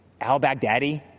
Al-Baghdadi